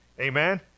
Amen